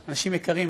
אנשים יקרים,